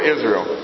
Israel